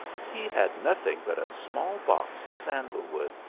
he had nothing but a small box of sandal wood,